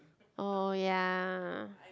oh ya